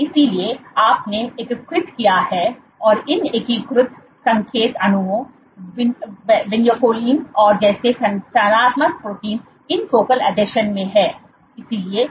इसलिए आपने एकीकृत किया है और इन एकीकृत संकेत अणुओं विनक्यूलिन जैसे संरचनात्मक प्रोटीन इन फोकल आसंजन में हैं